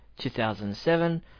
2007